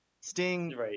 Sting